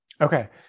Okay